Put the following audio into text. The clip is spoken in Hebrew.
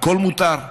הכול מותר?